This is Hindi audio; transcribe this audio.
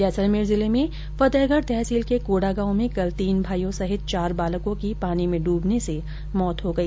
जैसलमेर जिले में फतेहगढ़ तहसील के कोडा गांव में कल तीन भाइयों सहित चार बालकों की पानी में डूबने से मौत हो गई